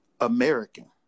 American